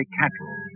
cattle